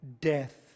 death